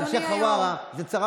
הם מכפישים גם אותך בהתנהגות שלהם,